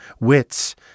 wits